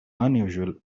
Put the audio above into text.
unusual